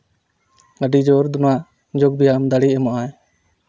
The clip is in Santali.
ᱟᱹᱰᱤ ᱡᱳᱨ ᱡᱳᱜᱽ ᱵᱮᱭᱟᱢ ᱫᱟᱲᱮ ᱮᱢᱚᱜ ᱟᱭ